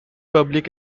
public